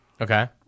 Okay